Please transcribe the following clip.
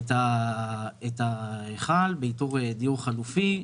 את ההיכל באיתור דיור חלופי.